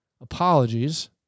apologies